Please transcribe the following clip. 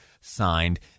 signed